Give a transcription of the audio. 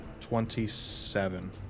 twenty-seven